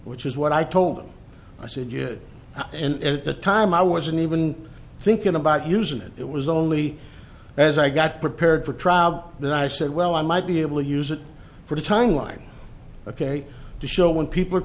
which is what i told him i said yes and at the time i wasn't even thinking about using it it was only as i got prepared for trial that i said well i might be able to use it for the timeline ok to show when people are